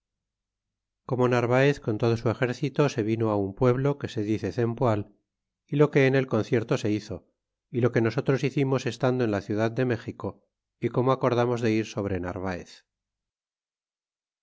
como narvaez con todo su exercito se vino un pueblo que se dice cempoal é loqueen el concierto se hizo é lo que nosotros hicimos estando en la ciudad de méxico é como acordamos de ir sobre narvaez